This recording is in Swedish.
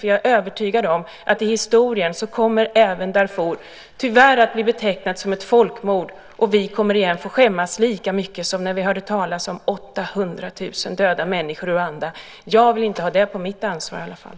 Jag är övertygad om att i historien kommer även Darfur, tyvärr, att bli betecknat som ett folkmord. Vi kommer att få skämmas lika mycket som när vi hörde talas om 800 000 döda människor i Rwanda. Jag vill inte ha det på mitt ansvar i alla fall.